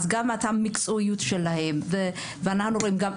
אז גם המקצועיות שלהם ואנחנו רואים גם,